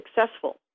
successful